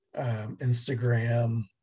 Instagram